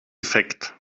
defekt